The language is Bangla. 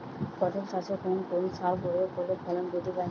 পটল চাষে কোন কোন সার প্রয়োগ করলে ফলন বৃদ্ধি পায়?